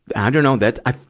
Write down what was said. i dunno. that, i,